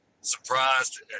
surprised